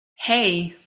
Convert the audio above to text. hey